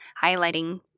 highlighting